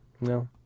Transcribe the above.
No